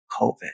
COVID